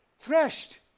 threshed